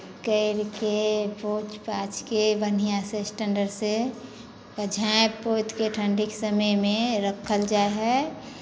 करि कऽ पोछि पाछि कऽ बढ़िआँसँ स्टैन्डर्डसँ ओकरा झाँपि पोति कऽ ठण्ढीके समयमे राखल जाइ हइ